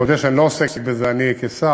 אני מודה שאני לא עוסק בזה, אני כשר.